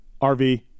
RV